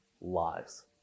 lives